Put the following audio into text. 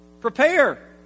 Prepare